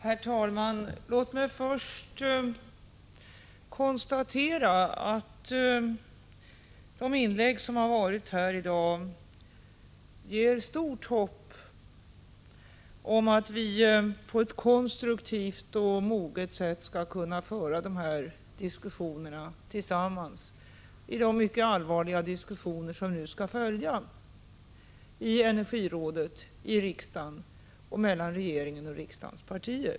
Herr talman! Låt mig först konstatera att de inlägg som har gjorts här i dag ger stort hopp om att vi på ett konstruktivt och moget sätt tillsammans skall kunna föra de mycket allvarliga diskussioner som nu skall följa i energirådet, i riksdagen och mellan regeringen och riksdagens partier.